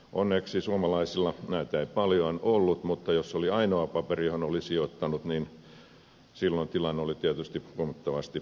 onneksi suomalaisilla näitä ei paljon ollut mutta jos ne olivat ainoita papereita joihin oli sijoittanut niin silloin tilanne oli tietysti huomattavasti huonompi